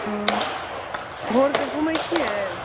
भोरके घुमै छिए